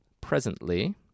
presently